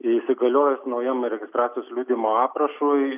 įsigaliojus naujam registracijos liudijimo aprašui